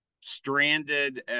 stranded